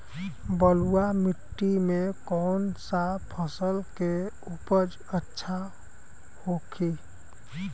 बलुआ मिट्टी में कौन सा फसल के उपज अच्छा होखी?